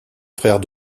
frère